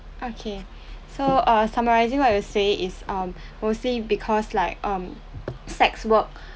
okay so uh summarising what you say is um mostly because like um sex work